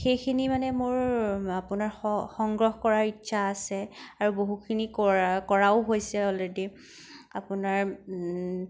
সেইখিনি মানে মোৰ আপোনাৰ স সংগ্ৰহ কৰাৰ ইচ্ছা আছে আৰু বহুখিনি কৰা কৰাও হৈছে অলৰেডি আপোনাৰ